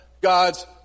God's